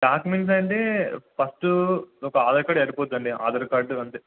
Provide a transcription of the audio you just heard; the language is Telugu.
డాక్యుమెంట్స్ అంటే ఫస్టు ఒక ఆధార్ కార్డు సరిపోతుందండి ఆధార్ కార్డు అంతే